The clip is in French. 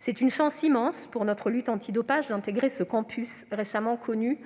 c'est une chance immense pour notre lutte antidopage d'intégrer ce campus récemment reconnu